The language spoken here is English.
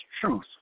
truth